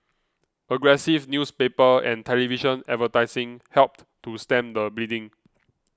aggressive newspaper and television advertising helped to stem the bleeding